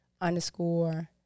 underscore